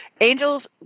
Angels